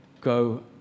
go